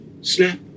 snap